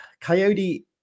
Coyote